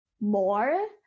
more